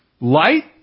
Light